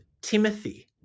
Timothy